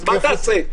מה תעשה?